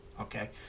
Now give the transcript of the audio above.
Okay